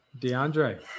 DeAndre